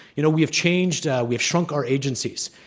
you know, we have changed, we have shrunk our agencies.